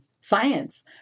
science